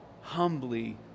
humbly